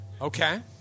Okay